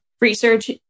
research